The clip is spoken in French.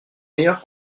meilleur